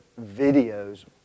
videos